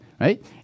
right